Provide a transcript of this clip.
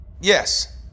yes